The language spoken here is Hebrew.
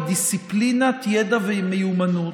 היא דיסציפלינת ידע ומיומנות,